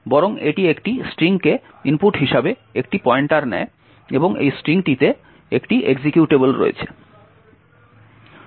বরং এটি একটি স্ট্রিংকে ইনপুট হিসাবে একটি পয়েন্টার নেয় এবং এই স্ট্রিংটিতে একটি এক্সিকিউটেবল রয়েছে